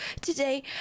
today